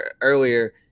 earlier